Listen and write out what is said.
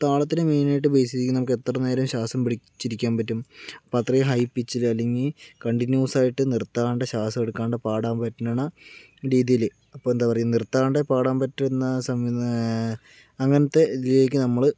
താളത്തിന് മെയിനായിട്ട് ബേസ് ചെയ്തിരിക്കുന്നത് നമുക്ക് എത്ര നേരം ശ്വാസം പിടിച്ചിരിക്കാൻ പറ്റും അപ്പോൾ അത്രയും ഹൈ പിച്ചിൽ അല്ലെങ്കിൽ കണ്ടിന്യൂസായിട്ട് നിർത്താണ്ട് ശ്വാസം എടുക്കാണ്ട് പാടാൻ പറ്റണണ രീതിയിൽ അപ്പോൾ എന്താ പറയുന്നത് നിർത്താണ്ട് പാടാൻ പറ്റുന്ന സംവിധാ അങ്ങനത്തെ ഇതിലേക്ക് നമ്മള്